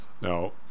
Now